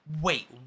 wait